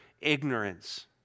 ignorance